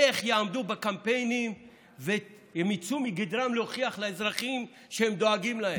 איך יעמדו בקמפיינים ויצאו מגדרם להוכיח לאזרחים שהם דואגים להם?